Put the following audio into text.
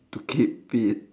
to keep fit